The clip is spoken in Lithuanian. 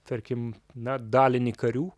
tarkim na dalinį karių